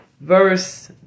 verse